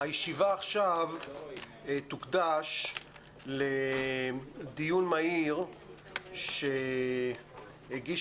הישיבה עכשיו תוקדש לדיון מהיר שהגיש